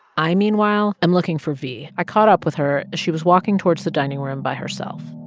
i, meanwhile, am looking for v. i caught up with her as she was walking towards the dining room by herself.